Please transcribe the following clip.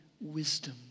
wisdom